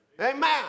Amen